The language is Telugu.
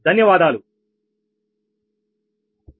ధన్యవాదాలు తిరిగి మళ్ళీ కలుద్దాం